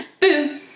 Boo